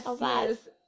yes